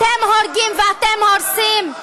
אתם הורגים ואתם הורסים.